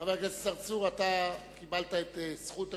חבר הכנסת צרצור, אתה קיבלת את זכות השאלה,